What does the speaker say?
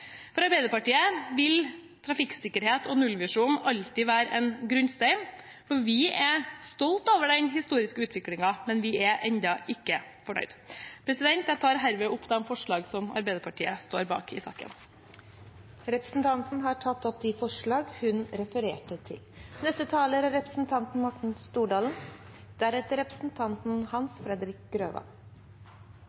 For Arbeiderpartiet vil trafikksikkerhet og nullvisjon alltid være en grunnstein. Vi er stolte over den historiske utviklingen, men vi er enda ikke fornøyd. Jeg tar herved opp de forslagene som Arbeiderpartiet står bak i sak nr. 11, det vi står alene om, og dem vi står sammen med andre om. Representanten Karianne O. Tung har tatt opp de forslagene hun refererte til.